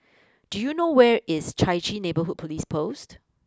do you know where is Chai Chee Neighbourhood police post